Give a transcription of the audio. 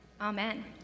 Amen